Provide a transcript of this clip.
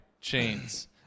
chains